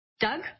Doug